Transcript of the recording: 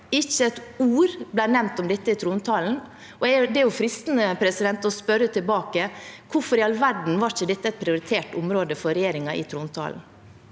Ikke ett ord ble nevnt om dette i trontalen, og det er jo fristende å spørre tilbake: Hvorfor i all verden var ikke dette et prioritert område for regjeringen i trontalen?